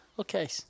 Okay